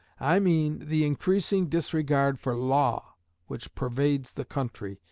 i mean the increasing disregard for law which pervades the country,